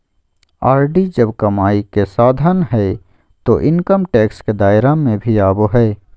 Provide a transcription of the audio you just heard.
RD जब कमाई के साधन हइ तो इनकम टैक्स के दायरा में भी आवो हइ